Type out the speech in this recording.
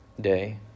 day